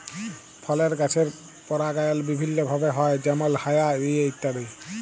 ফলের গাছের পরাগায়ল বিভিল্য ভাবে হ্যয় যেমল হায়া দিয়ে ইত্যাদি